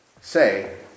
say